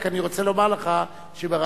רק אני רוצה לומר לך שברמה,